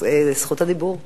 זכות הדיבור אליך,